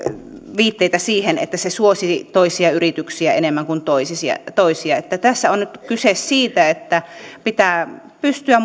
viitteitä siihen että se suosii toisia yrityksiä enemmän kuin toisia tässä on nyt kyse siitä että pitää pystyä